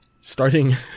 starting